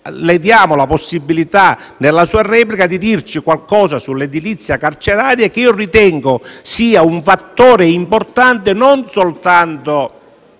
Le diamo la possibilità, nella sua replica, di dirci qualcosa sull'edilizia carceraria, che ritengo sia un fattore importante non soltanto